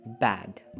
bad